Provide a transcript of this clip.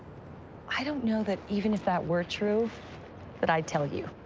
i don't know that even if that were true that i'd tell you.